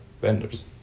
vendors